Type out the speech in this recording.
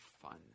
fun